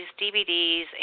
DVDs